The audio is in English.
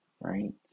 right